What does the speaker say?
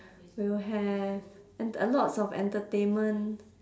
will have ent~ lots of entertainment